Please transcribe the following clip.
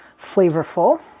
flavorful